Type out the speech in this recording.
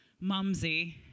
Mumsy